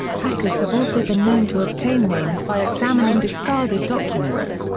hackers have also been known to obtain names by examining discarded documents.